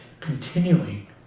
continuing